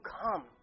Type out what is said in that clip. come